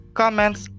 comments